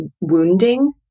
wounding